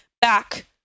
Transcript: back